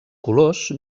colors